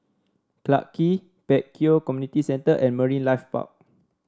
Clarke Quay Pek Kio Community Centre and Marine Life Park